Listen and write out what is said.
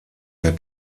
der